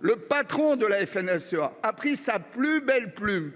Le patron de la FNSEA a pris sa plus belle plume